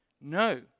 No